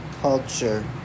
culture